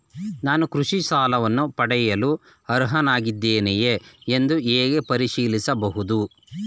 ನಾನು ಕೃಷಿ ಸಾಲವನ್ನು ಪಡೆಯಲು ಅರ್ಹನಾಗಿದ್ದೇನೆಯೇ ಎಂದು ಹೇಗೆ ಪರಿಶೀಲಿಸಬಹುದು?